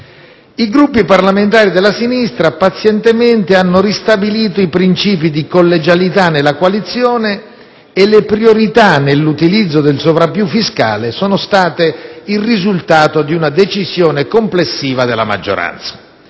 I Gruppi parlamentari della sinistra hanno pazientemente ristabilito i princìpi di collegialità nella coalizione e le priorità nell'utilizzo del sovrappiù fiscale sono state il risultato di una decisione complessiva della maggioranza.